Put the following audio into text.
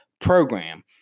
program